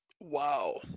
Wow